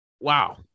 Wow